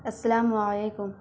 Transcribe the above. السلام علیکم